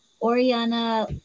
Oriana